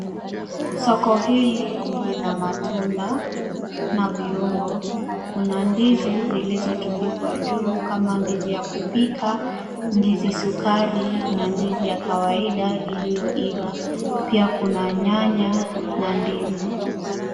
Soko hili lina matunda na viungo. Kuna ndizi zilizotundikwa juu kama ndizi ya kupika, ndizi sukari na ndizi ya kawaida iliyoiva. Pia kuna nyanya na ndimu.